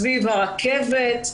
סביב הרכבת,